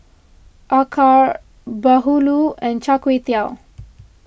Acar Bahulu and Char Kway Teow